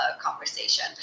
conversation